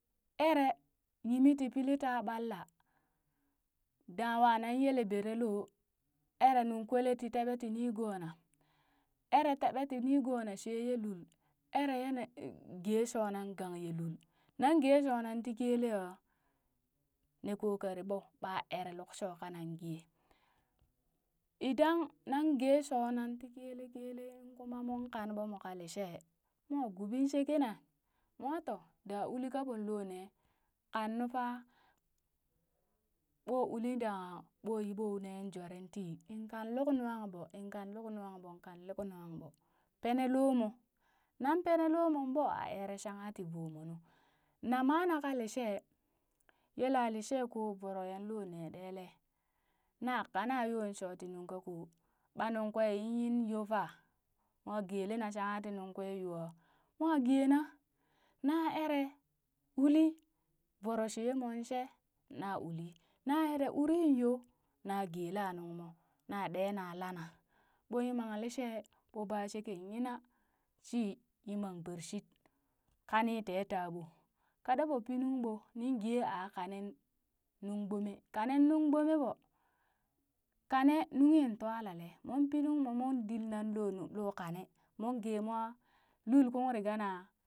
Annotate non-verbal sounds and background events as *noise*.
Eree yimi tii pilli ta ɓalla, dangha wa nan yele bereloo eree nung kwele ti teɓe ti nigona, eree teɓee tii niigona she ye lul, eree yana yi *hesitation* gee shoo nan ganye lul, nan gee shoo nan ti kelee aa? nee ko kari ɓo ɓa eree luk shoo ka nan gee, idan nan gee shoo nan ti kele kele, in kuma mong kan ɓoka mo ka lishee, mwa guɓin sheeke na mwa to, da uli ka ɓon loo nee, kan nu faa, ɓo uli danghe ɓo yi ɓo nee nejwaren tii inn kan luk nunghan ɓoo, inn kan luk nunghan ɓoo, kan luk nunghan ɓoo, pene loomoo nan pene loomong ɓo aa eree shangka ti voomo nu. Nama na ka lishee, yela lishee koo, voro yan loo nee ɗelee na kana yo shooti nung ka koo, ɓa nung kwee yi yoo faa mwa gelene shangha ti nung kwee yoo aa, mwa geena na ere uli voro shemong she na uli na eree urin yo na geela nungmo, na ɗena lana ɓo yimanlishee, ɓo ba sheke yina shi yimang bershit, kani teta ɓo kada ɓo pii nuŋ ɓoo nin gee aa kanen nungbgome kanen nungbome ɓo. Kane nunghin twalala, mong pii nungmo mong ɗilna loo nuŋ lo kane, mon gee mwa lul kung riga naa.